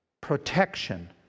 protection